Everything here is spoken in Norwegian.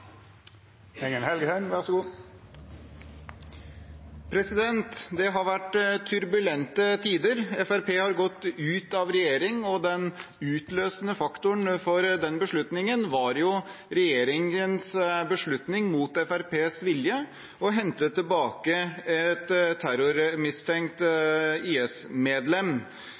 Det har vært turbulente tider. Fremskrittspartiet har gått ut av regjeringen, og den utløsende faktoren for den beslutningen var regjeringens beslutning, mot Fremskrittspartiets vilje, om å hente tilbake et terrormistenkt